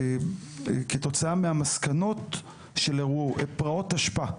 כתוצאה מהמסקנות של פרעות תשפ"א.